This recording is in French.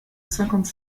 cinquante